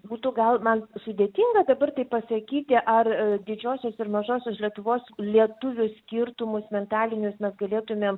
būtų gal man sudėtinga dabar taip pasakyti ar didžiosios ir mažosios lietuvos lietuvių skirtumus mentalinius mes galėtumėm